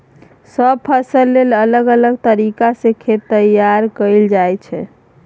सब फसल लेल अलग अलग तरीका सँ खेत तैयार कएल जाइ छै